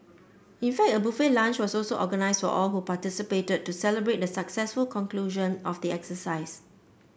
in fact a buffet lunch was also organised for all who participated to celebrate the successful conclusion of the exercise